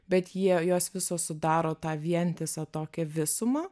bet jie jos visos sudaro tą vientisą tokią visumą